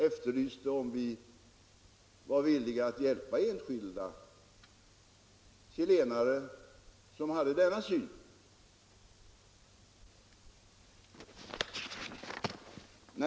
efterlyste om vi var villiga att hjälpa enskilda chilenare som hade denna 131 syn.